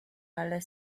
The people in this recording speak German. alle